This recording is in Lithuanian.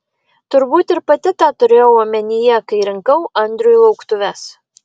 turbūt ir pati tą turėjau omenyje kai rinkau andriui lauktuves